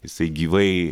jisai gyvai